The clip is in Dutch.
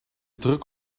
druk